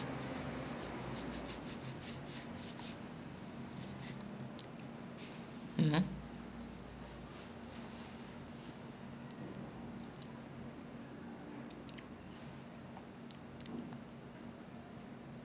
they need to be happy with themselves they need to do whatever makes them happy and they shouldn't have even if there's troubles that come in their path while they are doing whatever makes them happy right I hope that they have the strength to persevere and pass through lah and know that I believe in them and they can do whatever that makes them happy